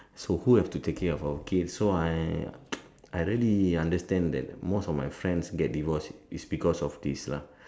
so who have to take care of our kids so I I really understand that most of my friends get divorce is because of this lah